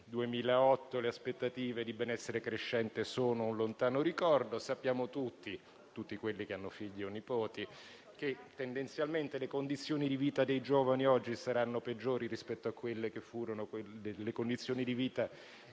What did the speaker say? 2008 le aspettative di benessere crescente sono un lontano ricordo. Sappiamo tutti (tutti quelli che hanno figli o nipoti) che tendenzialmente le condizioni di vita dei giovani oggi saranno peggiori rispetto a quelle che furono le condizioni di vita,